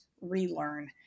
relearn